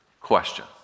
question